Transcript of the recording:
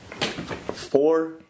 Four